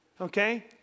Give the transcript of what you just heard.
Okay